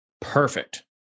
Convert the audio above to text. Perfect